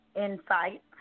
insight